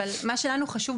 מה שלנו חשוב,